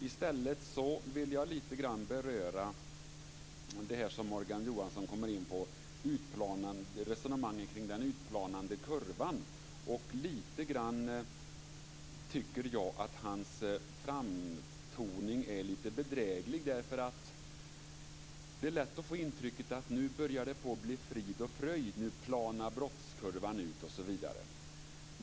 I stället vill jag lite grann beröra det resonemang kring den utplanande kurvan som han kommer in på. Jag tycker att hans framtoning är lite bedräglig. Det är nämligen lätt att få intrycket att det nu börjar bli frid och fröjd, att brottskurvan planar ut osv.